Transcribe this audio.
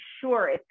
sure